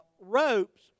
ropes